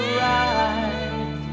right